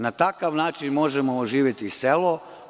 Na takav način možemo oživeti selo.